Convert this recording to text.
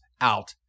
out